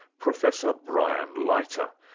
professor brian leiter,